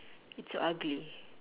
it's so ugly